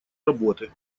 работы